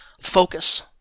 focus